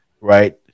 Right